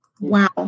Wow